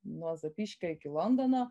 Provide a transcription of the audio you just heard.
nuo zapyškio iki londono